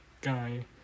guy